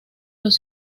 los